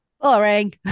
Boring